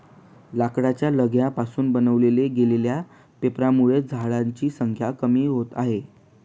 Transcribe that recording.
लाकडाच्या लगद्या पासून बनवल्या गेलेल्या पेपरांमुळे झाडांची संख्या कमी होते आहे